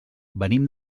venim